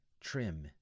trim